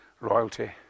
royalty